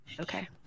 Okay